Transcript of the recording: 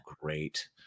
great